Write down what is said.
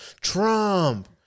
Trump